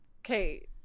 okay